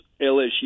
LSU